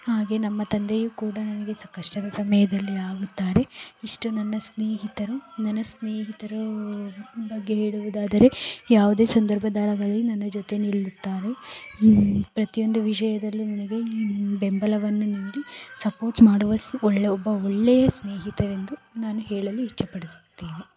ಹಾಗೆಯೇ ನಮ್ಮ ತಂದೆಯು ಕೂಡ ನನಗೆ ಕಷ್ಟದ ಸಮಯದಲ್ಲಿ ಆಗುತ್ತಾರೆ ಇಷ್ಟು ನನ್ನ ಸ್ನೇಹಿತರು ನನ್ನ ಸ್ನೇಹಿತರು ಬಗ್ಗೆ ಹೇಳುವುದಾದರೆ ಯಾವುದೇ ಸಂದರ್ಭದಾರದಲ್ಲಿ ನನ್ನ ಜೊತೆ ನಿಲ್ಲುತ್ತಾರೆ ಪ್ರತಿಯೊಂದು ವಿಷಯದಲ್ಲೂ ನನಗೆ ಬೆಂಬಲವನ್ನು ನೀಡಿ ಸಪೋರ್ಟ್ ಮಾಡುವ ಸ್ ಒಳ್ಳೆ ಒಬ್ಬ ಒಳ್ಳೆಯ ಸ್ನೇಹಿತರು ಎಂದು ನಾನು ಹೇಳಲು ಇಷ್ಟಪಡಿಸ್ತೇನೆ